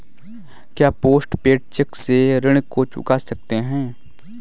क्या post paid cheque से ऋण को चुका सकते हैं?